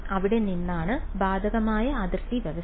അവിടെ നിന്നാണ് ബാധകമായ അതിർത്തി വ്യവസ്ഥ